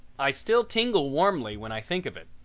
i still tingle warmly when i think of it.